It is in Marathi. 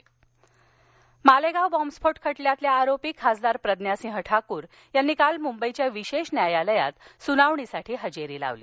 प्रज्ञा सिंग मालेगाव बॅम्बस्फोट खटल्यातल्या आरोपी खासदार प्रज्ञासिंह ठाकूर यांनी काल मुंबईच्या विशेष न्यायालयात सुनावणीसाठी हजेरी लावली